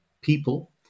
people